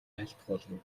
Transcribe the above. айлтгуулна